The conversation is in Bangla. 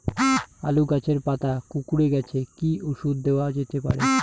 আলু গাছের পাতা কুকরে গেছে কি ঔষধ দেওয়া যেতে পারে?